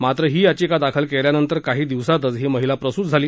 मात्र ही याचिका दाखल केल्यानंतर काही दिवसातच ही महिला प्रसूत झाली